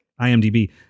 IMDb